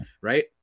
right